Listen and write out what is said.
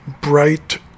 Bright